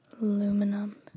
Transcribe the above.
aluminum